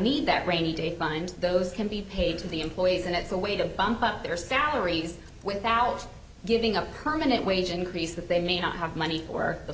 need that rainy day fund those can be paid to the employees and it's a way to bump up their salaries without giving up permanent wage increase that they need to have money or the